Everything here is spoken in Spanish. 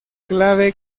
clave